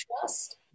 Trust